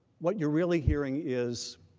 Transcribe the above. what you are really hearing is